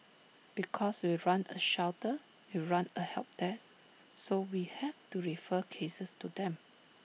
because we run A shelter we run A help desk so we have to refer cases to them